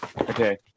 Okay